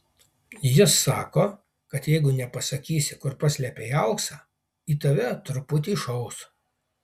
jis sako kad jeigu nepasakysi kur paslėpei auksą į tave truputį šaus